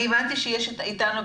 אני יכול